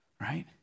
Right